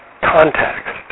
context